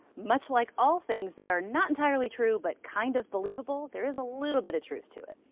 much like all things that are not entirely true but kind of believable, there is a little bit of truth to it.